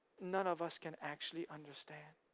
none of us can actually understand.